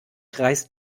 reißt